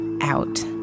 out